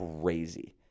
crazy